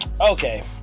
okay